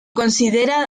considera